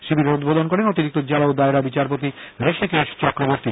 শিবিরের উদ্বোধন করেন অতিরিক্ত জেলা ও দায়রা বিচারপতি হৃষিকেশ চক্রবর্তী